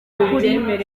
kuri